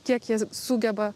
kiek jie sugeba